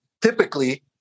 Typically